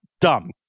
dumb